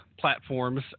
platforms